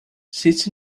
sits